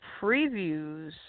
previews